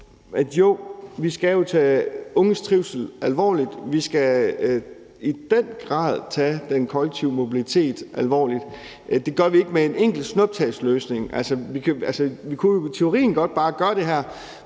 at jo, vi skal tage de unges trivsel alvorligt, og vi skal i den grad tage den kollektive mobilitet alvorligt, og det gør vi ikke med en enkelt snuptagsløsning. Altså, vi kunne jo i teorien godt bare gøre det her,